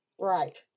right